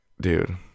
dude